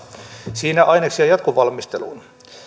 siinä aineksia jatkovalmisteluun